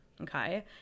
Okay